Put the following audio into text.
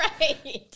right